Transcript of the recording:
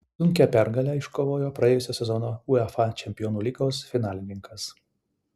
sunkią pergalę iškovojo praėjusio sezono uefa čempionų lygos finalininkas